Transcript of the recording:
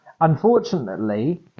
Unfortunately